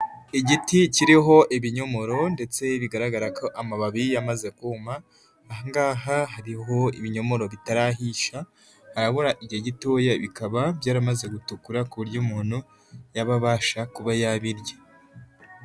Igiti kiriho ibinyomoro ndetse bigaragara ko amababi yamaze kuma. ahangaha hariho ibinyomoro bitarahisha, harabura igihe gitoya bikaba byaramaze gutukura ku buryo umuntu yabasha kuba yabirya.